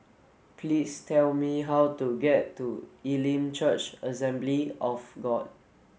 please tell me how to get to Elim Church Assembly of God